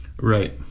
Right